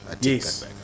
yes